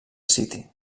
city